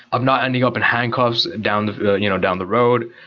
of not ending up in handcuffs down the you know down the road.